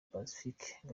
pacifique